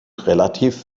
relativ